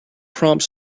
prompt